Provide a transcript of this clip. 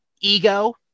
ego